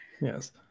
Yes